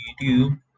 youtube